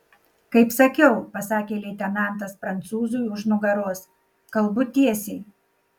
kaip sakiau pasakė leitenantas prancūzui už nugaros kalbu tiesiai